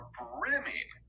brimming